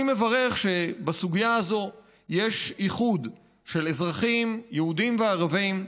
אני מברך על שבסוגיה הזאת יש איחוד של אזרחים יהודים וערבים,